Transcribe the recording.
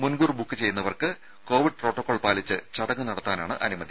മുൻകൂർ ബുക്ക് ചെയ്യുന്നവർക്ക് Covid protocol പാലിച്ച് ചടങ്ങ് നടത്താനാണ് അനുമതി